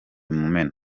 mumena